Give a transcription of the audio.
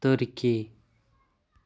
turkey